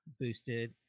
boosted